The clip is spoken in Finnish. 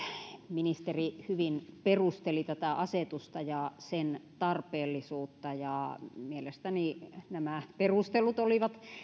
ministeri hyvin perusteli tätä asetusta ja sen tarpeellisuutta ja mielestäni nämä perustelut olivat